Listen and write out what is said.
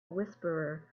whisperer